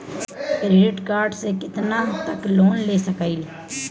Credit card से कितना तक लोन ले सकईल?